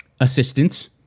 Assistance